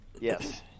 Yes